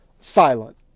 Silent